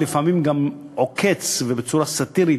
ולפעמים גם עוקץ ובצורה סאטירית,